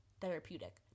therapeutic